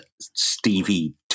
Stevie